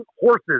horses